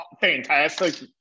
fantastic